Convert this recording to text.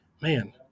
man